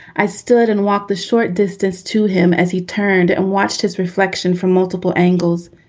i stood and walked the short distance to him as he turned and watched his reflection from multiple angles.